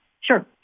Sure